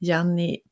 Janni